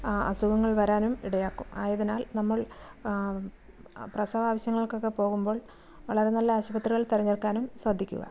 അസുഖങ്ങൾ വരാനും ഇടയാക്കും ആയതിനാൽ നമ്മൾ പ്രസവ ആവിശ്യങ്ങൾക്കൊക്കെ പോകുമ്പോൾ വളരെ നല്ല ആശുപത്രികൾ തെരഞ്ഞെടുക്കാനും ശ്രദ്ധിക്കുക